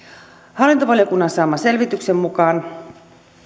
hallintovaliokunnan saaman selvityksen mukaan